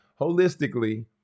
holistically